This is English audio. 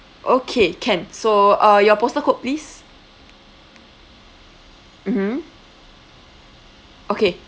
okay can so uh your postal code please mmhmm okay